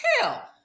hell